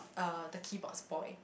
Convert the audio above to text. uh the keyboard spoil